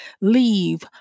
leave